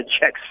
checks